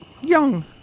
Young